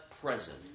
present